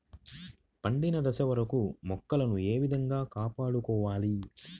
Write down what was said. పండిన దశ వరకు మొక్కలను ఏ విధంగా కాపాడుకోవాలి?